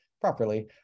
properly